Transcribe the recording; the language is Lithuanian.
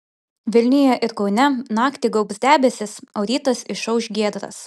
vilniuje ir kaune naktį gaubs debesys o rytas išauš giedras